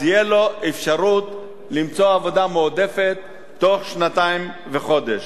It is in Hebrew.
אז תהיה לו אפשרות למצוא עבודה מועדפת בתוך שנתיים וחודש.